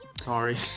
sorry